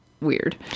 weird